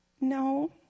no